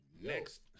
Next